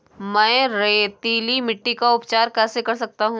मैं रेतीली मिट्टी का उपचार कैसे कर सकता हूँ?